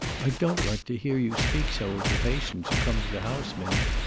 i don't like to hear you speak so of the patients who come to the house, minnie.